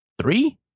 Three